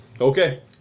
Okay